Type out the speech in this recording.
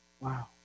Wow